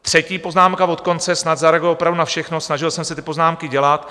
Třetí poznámka od konce, snad zareaguji opravdu na všechno, snažil jsem se si poznámky dělat.